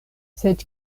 sed